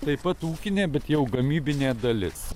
taip pat ūkinė bet jau gamybinė dalis